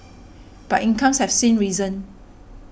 but incomes have seen risen